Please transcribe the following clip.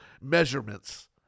measurements